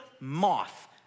moth